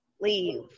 leave